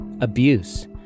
abuse